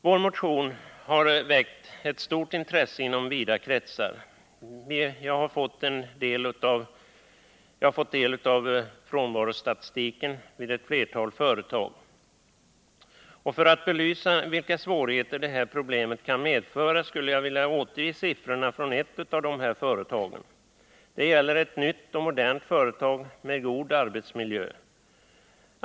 Vår motion har väckt ett stort intresse inom vida kretsar. Jag har bl.a. fått del av frånvarostatistik vid ett flertal företag. För att belysa vilka svårigheter det här problemet kan medföra vill jag återge siffrorna från ett av dessa företag. Det gäller ett nytt och modernt företag med god arbetsmiljö.